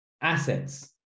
Assets